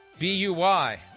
Buy